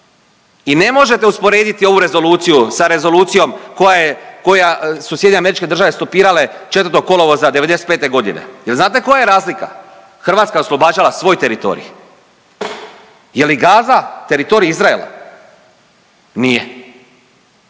i ne možete usporediti ovu rezoluciju sa rezolucijom koja je, koju su SAD stopirale 4. kolovoza '95. g. Je li znate koja je razlika? Hrvatska je oslobađala svoj teritorij. Je li Gaza teritorij Izraela? Nije.